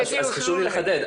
חשוב לי לחדד.